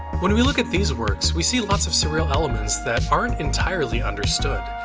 when we look at these works, we see lots of surreal elements that aren't entirely understood.